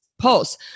pulse